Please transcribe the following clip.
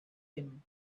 him